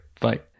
Bye